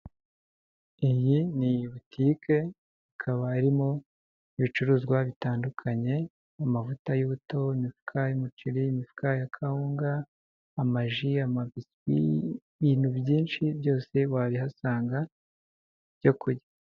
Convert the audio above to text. Iyi ni butike ikaba irimo ibicuruzwa bitandukanye amavuta y'ubuto, imifuka y'umuceri, imifuka ya kawunga, amaji, amabiswi, ibintu byinshi byose wabihasanga byo kurya.